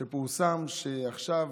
שפורסם שעכשיו